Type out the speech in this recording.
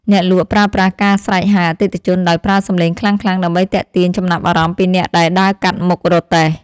អ្នកលក់ប្រើប្រាស់ការស្រែកហៅអតិថិជនដោយប្រើសំឡេងខ្លាំងៗ ដើម្បីទាក់ទាញចំណាប់អារម្មណ៍ពីអ្នកដែលដើរកាត់មុខរទេះ។